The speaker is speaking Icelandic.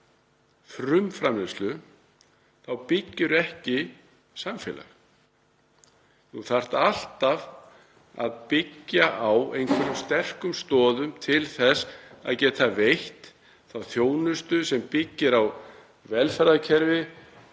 Þú þarft alltaf að byggja á einhverjum sterkum stoðum til þess að geta veitt þá þjónustu sem þarf, sem byggir á velferðarkerfi